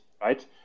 right